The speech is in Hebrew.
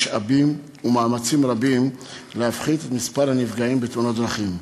משאבים ומאמצים רבים כדי להפחית את מספר הנפגעים בתאונות הדרכים.